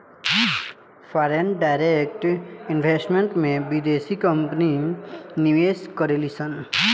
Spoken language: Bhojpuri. फॉरेन डायरेक्ट इन्वेस्टमेंट में बिदेसी कंपनी निवेश करेलिसन